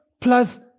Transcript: plus